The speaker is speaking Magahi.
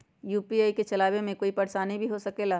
यू.पी.आई के चलावे मे कोई परेशानी भी हो सकेला?